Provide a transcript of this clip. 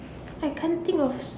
I can't think of